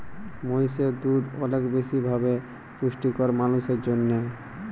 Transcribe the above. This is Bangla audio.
মহিষের দুহুদ অলেক বেশি ভাবে পুষ্টিকর মালুসের জ্যনহে